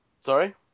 Sorry